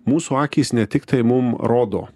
mūsų akys ne tiktai mum rodo